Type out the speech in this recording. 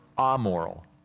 amoral